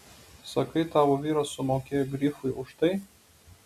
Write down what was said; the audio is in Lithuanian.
sakai tavo vyras sumokėjo grifui už tai